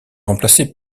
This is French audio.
remplacé